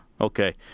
okay